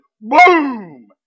boom